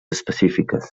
específiques